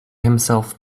himself